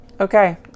Okay